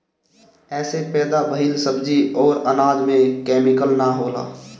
एसे पैदा भइल सब्जी अउरी अनाज में केमिकल ना होला